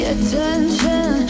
Attention